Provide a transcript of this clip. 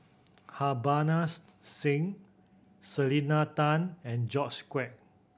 Singh Selena Tan and George Quek